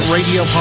Radio